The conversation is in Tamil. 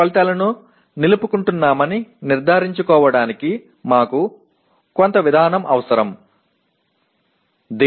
பாடநெறி விளைவுகளை நாம் தக்கவைத்துக்கொள்கிறோம் என்பதை உறுதிப்படுத்த சில வழிமுறைகள் தேவை